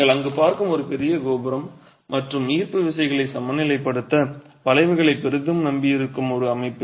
நீங்கள் அங்கு பார்க்கும் ஒரு பெரிய கோபுரம் மற்றும் ஈர்ப்பு விசைகளை சமநிலைப்படுத்த வளைவுகளை பெரிதும் நம்பியிருக்கும் ஒரு அமைப்பு